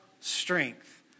strength